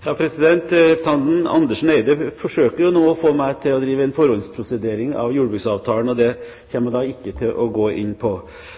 Representanten Andersen Eide forsøker jo nå å få meg til å drive en forhåndsprosedering av jordbruksavtalen, og det